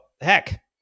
heck